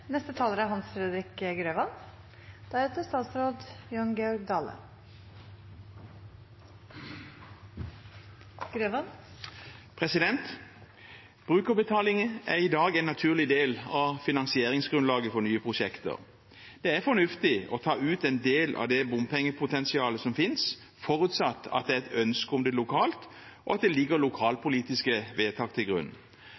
i dag en naturlig del av finansieringsgrunnlaget for nye prosjekter. Det er fornuftig å ta ut en del av det bompengepotensialet som finnes, forutsatt at det er et ønske om det lokalt, og at det ligger